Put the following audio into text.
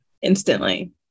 Instantly